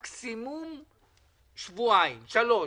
מקסימום שבועיים-שלושה.